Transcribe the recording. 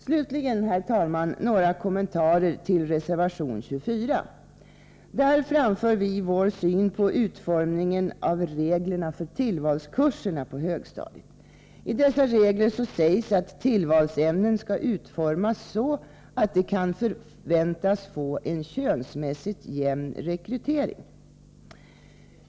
Slutligen, herr talman, några kommentarer till reservation 24. Där framför vi vår syn på utformningen av reglerna för tillvalskurserna. I dessa regler sägs att tillvalsämnen skall utformas så, att de kan förväntas få en könsmässigt jämn rekrytering.